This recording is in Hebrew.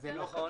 זה לא כתוב.